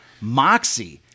moxie